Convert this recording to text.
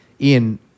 Ian